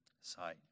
Sight